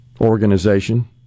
organization